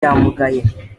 yamugaye